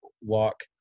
walk